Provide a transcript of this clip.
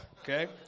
Okay